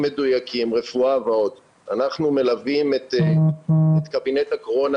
לחלוטין וגם לזה אנחנו מפנים את הזרקור במסגרת הדיון הזה.